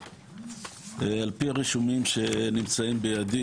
וברכה, על פי הרישומים שנמצאים בידי